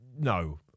no